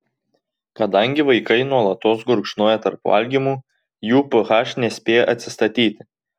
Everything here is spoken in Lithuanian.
kadangi vaikai nuolatos gurkšnoja tarp valgymų jų ph nespėja atsistatyti